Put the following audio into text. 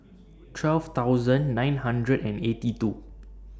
twelve thousand nine hundred and eighty two